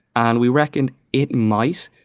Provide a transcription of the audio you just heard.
and we reckoned it might,